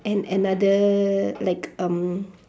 and another like um